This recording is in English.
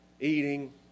eating